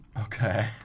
Okay